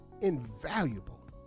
invaluable